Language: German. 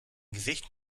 gesicht